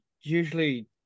usually